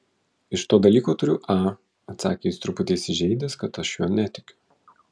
iš to dalyko turiu a atsakė jis truputį įsižeidęs kad aš juo netikiu